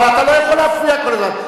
אבל אתה לא יכול להפריע כל הזמן.